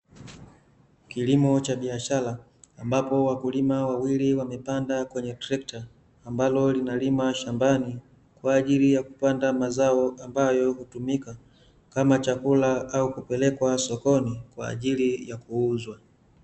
Kilimo cha biashara ambapo wakulima wawili wamepanda kwenye trekta ambalo linalima shambani kwa ajili ya kupanda mazao ambayo hutumika kama chakula au kupelekwa sokoni kwa ajili ya kuuzwa.